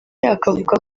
akavuga